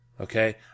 okay